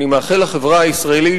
אני מאחל לחברה הישראלית,